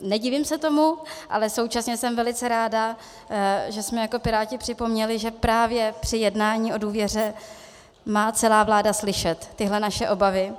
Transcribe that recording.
Nedivím se tomu, ale současně jsem velice ráda, že jsme jako Piráti připomněli, že právě při jednání o důvěře má celá vláda slyšet tyhle naše obavy.